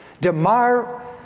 DeMar